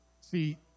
See